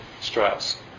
stress